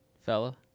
fella